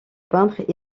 peintres